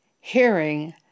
hearing